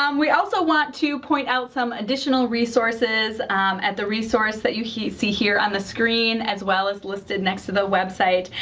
um we also want to point out some additional resources at the resource that you see here on the screen as well as listed next to the website.